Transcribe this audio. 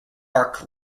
arc